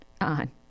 on